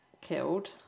killed